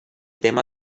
tema